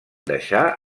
deixar